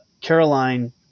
Caroline